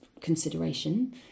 consideration